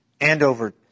Andover